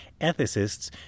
ethicists